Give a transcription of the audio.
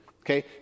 okay